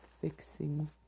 fixing